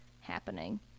happening